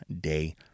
day